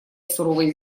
суровой